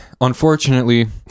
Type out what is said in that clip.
unfortunately